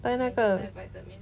带那个